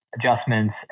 adjustments